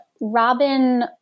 Robin